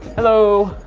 hello.